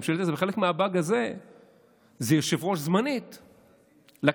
וחלק מהבאג הזה הוא יושב-ראש זמני לכנסת.